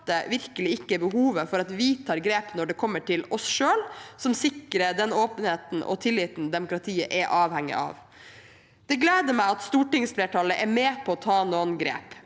virkelig ikke behovet for at vi tar grep når det gjelder oss selv, som sikrer den åpenheten og tilliten demokratiet er avhengig av. Det gleder meg at stortingsflertallet er med på å ta noen grep.